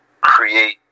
create